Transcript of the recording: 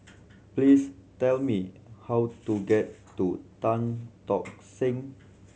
please tell me how to get to Tan Tock Seng